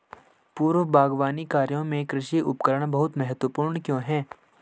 पूर्व बागवानी कार्यों में कृषि उपकरण बहुत महत्वपूर्ण क्यों है?